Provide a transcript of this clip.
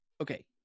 Okay